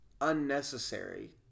unnecessary